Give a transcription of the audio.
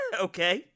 Okay